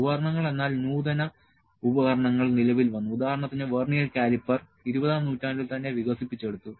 ഉപകരണങ്ങൾ എന്നാൽ നൂതന ഉപകരണങ്ങൾ നിലവിൽ വന്നു ഉദാഹരണത്തിന് വെർനിയർ കാലിപ്പർ ഇരുപതാം നൂറ്റാണ്ടിൽ തന്നെ വികസിപ്പിച്ചെടുത്തു